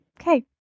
Okay